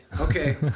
okay